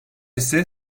ise